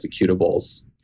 executables